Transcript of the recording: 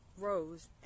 Rose